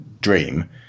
dream